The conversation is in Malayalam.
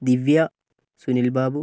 ദിവ്യ സുനിൽബാബു